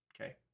okay